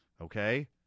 Okay